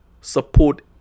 support